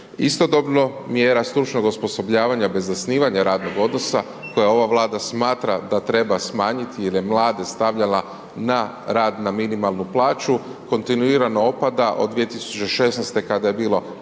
Istodobno mjera stručnog osposobljavanja bez zasnivanja radnog odnosa koja ova Vlada smatra da treba smanjiti jer je mlade stavljala na rad na minimalnu plaću kontinuirano opada od 2016. kada je bilo